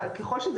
מי שזה